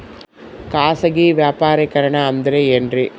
ಖಾಸಗಿ ವ್ಯಾಪಾರಿಕರಣ ಅಂದರೆ ಏನ್ರಿ?